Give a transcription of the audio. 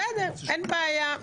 בסדר, אין בעיה.